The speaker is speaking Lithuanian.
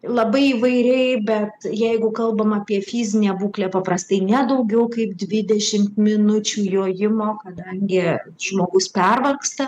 labai įvairiai bet jeigu kalbam apie fizinė būklė paprastai ne daugiau kaip dvidešimt minučių jojimo kadangi žmogus pervargsta